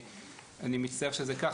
אני מצטער שזה כך,